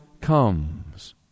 comes